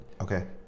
Okay